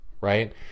right